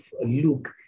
Luke